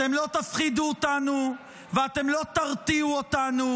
אתם לא תפחידו אותנו ואתם לא תרתיעו אותנו,